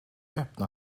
öppnar